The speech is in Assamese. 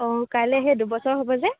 অঁ কাইলৈ সেই দুবছৰ হ'ব যে